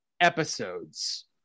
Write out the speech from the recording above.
episodes